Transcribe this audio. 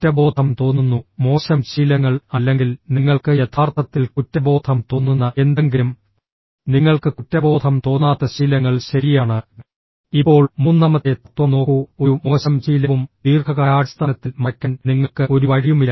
കുറ്റബോധം തോന്നുന്നു മോശം ശീലങ്ങൾ അല്ലെങ്കിൽ നിങ്ങൾക്ക് യഥാർത്ഥത്തിൽ കുറ്റബോധം തോന്നുന്ന എന്തെങ്കിലും നിങ്ങൾക്ക് കുറ്റബോധം തോന്നാത്ത ശീലങ്ങൾ ശരിയാണ് ഇപ്പോൾ മൂന്നാമത്തെ തത്വം നോക്കൂ ഒരു മോശം ശീലവും ദീർഘകാലാടിസ്ഥാനത്തിൽ മറയ്ക്കാൻ നിങ്ങൾക്ക് ഒരു വഴിയുമില്ല